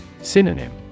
Synonym